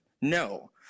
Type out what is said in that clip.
No